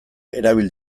erabil